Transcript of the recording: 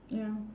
ya